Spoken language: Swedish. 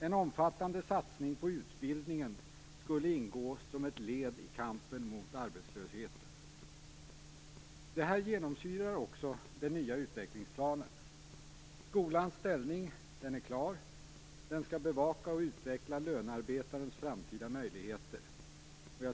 En omfattande satsning på utbildningen skulle ingå som ett led i kampen mot arbetslösheten. Detta genomsyrar också den nya utvecklingsplanen. Skolans ställning är klar - den skall bevaka och utveckla lönearbetarens framtida möjligheter.